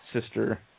sister